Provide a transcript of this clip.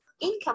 Income